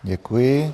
Děkuji.